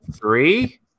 three